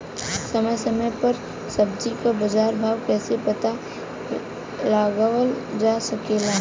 समय समय समय पर सब्जी क बाजार भाव कइसे पता लगावल जा सकेला?